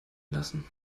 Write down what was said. lassen